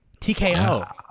TKO